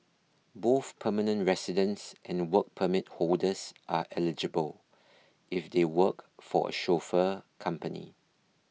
both permanent residents and Work Permit holders are eligible if they work for a chauffeur company